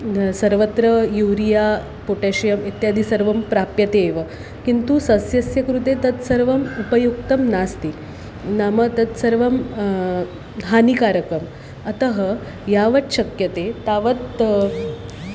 सर्वत्रा urea potassium इत्यादि सर्वं प्राप्यते एव किन्तु सस्यस्य कृते तत्सर्वम् उपयुक्तं नास्ति नाम तत्सर्वं हानिकारकम् अतः यावत् शक्यते तावत्